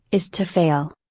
is to fail.